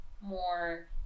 more